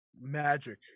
magic